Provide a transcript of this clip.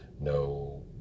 no